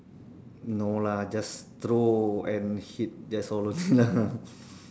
no lah just throw and hit that's all only lah